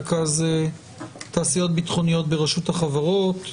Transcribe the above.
רכז תעשיות ביטחוניות ברשות החברות,